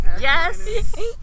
yes